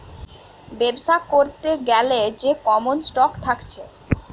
বেবসা করতে গ্যালে যে কমন স্টক থাকছে